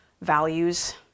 values